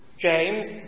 James